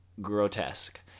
grotesque